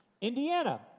Indiana